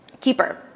Keeper